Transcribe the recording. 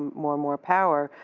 more and more power,